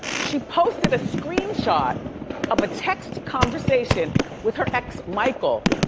she posted a screenshot of a text conversation with her ex, michael,